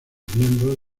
miembros